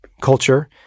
culture